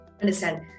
understand